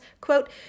quote